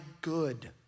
good